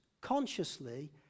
consciously